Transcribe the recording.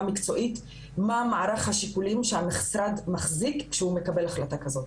מקצועית מה מערך השיקולים שהמשרד מחזיק כשהוא מקבל החלטה כזאת.